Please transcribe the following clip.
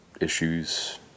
issues